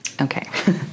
Okay